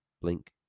blink